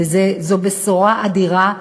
וזו בשורה אדירה.